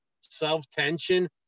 self-tension